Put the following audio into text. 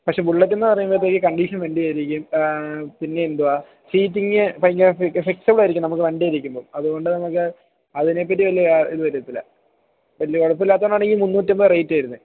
പക്ഷേ ബുള്ളറ്റെന്ന് പറയുമ്പഴത്തേക്ക് കണ്ടീഷൻ വണ്ടി ആയിരിക്കും പിന്നെ എന്തുവാണ് സീറ്റിങ് ഭയങ്കര ഫ്ലെക്സിബിൾ ആയിരിക്കും നമുക്ക് വണ്ടിയിൽ ഇരിക്കുമ്പം അതുകൊണ്ട് നമുക്ക് അതിനെക്കാട്ടിൽ വലിയ ഇത് വരത്തില്ല വലിയ കുഴപ്പമില്ലാത്തത് കൊണ്ടാണ് ഈ മുന്നൂറ്റമ്പത് റേറ്റ് വരുന്നത്